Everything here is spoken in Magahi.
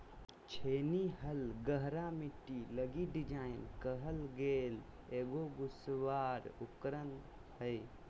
छेनी हल गहरा मिट्टी लगी डिज़ाइन कइल गेल एगो घुड़सवार उपकरण हइ